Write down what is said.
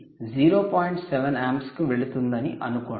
7 ఆంప్స్కు వెళుతుందని అనుకోండి